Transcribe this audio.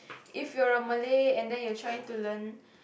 if you're a Malay and then you're trying to learn